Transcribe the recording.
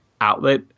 outlet